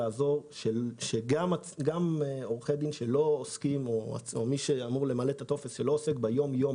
גם עורכי דין או ממלאי טופס אחרים שלא עוסקים ביום-יום